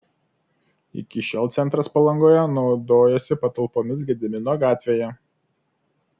iki šiol centras palangoje naudojosi patalpomis gedimino gatvėje